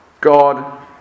god